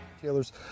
Taylor's